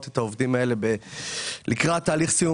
את העובדים האלה בתהליך לקראת סיום,